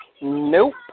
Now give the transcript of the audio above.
Nope